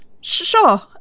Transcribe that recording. Sure